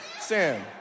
Sam